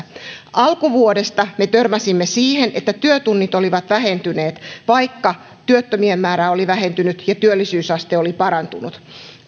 alkuvuodesta me törmäsimme siihen että työtunnit olivat vähentyneet vaikka työttömien määrä oli vähentynyt ja työllisyysaste oli parantunut